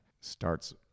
starts